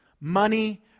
money